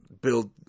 build